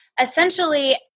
essentially